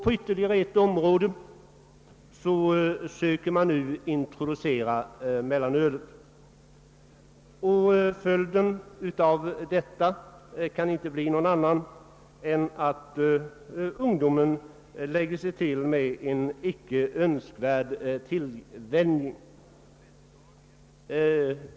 På ytterligare ett område vill man nu introducera mellanöl, och följden kan inte bli någon annan än en ökad och icke önskvärd tillvänjning bland ungdomar.